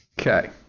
Okay